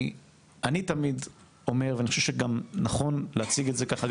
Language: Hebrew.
כי אני תמיד אומר אני חושב שגם נכון להציג את זה כך גם